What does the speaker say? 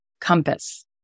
compass